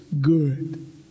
good